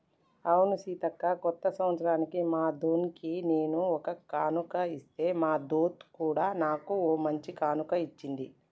అవును సీతక్క కొత్త సంవత్సరానికి మా దొన్కి నేను ఒక కానుక ఇస్తే మా దొంత్ కూడా నాకు ఓ మంచి కానుక ఇచ్చింది